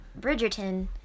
bridgerton